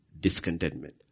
Discontentment